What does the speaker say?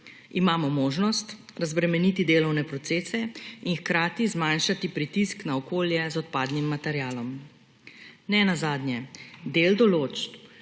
Imamo možnost razbremeniti delovne procese in hkrati zmanjšati pritisk na okolje z odpadnim materialom. Nenazadnje del določb